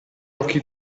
occhi